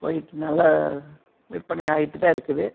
கோவிட்னால் விற்பனை ஆகிட்டு தான் இருக்குது